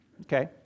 Okay